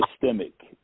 systemic